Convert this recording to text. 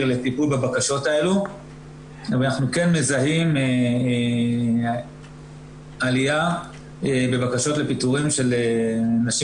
לטיפול בבקשות האלה ואנחנו כן מזהים עלייה בבקשות לפיטורים של נשים